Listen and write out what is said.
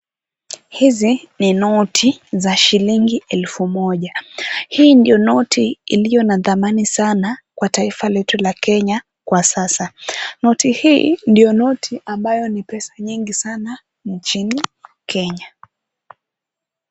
Hizi ni noti za shilingi elfu moja. Hii ni noti iliyo na thamani sana kwa taifa letu la Kenya kwa sasa. Noti hii ndio noti ambayo ni pesa nyingi sana nchini Kenya.